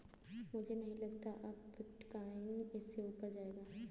मुझे नहीं लगता अब बिटकॉइन इससे ऊपर जायेगा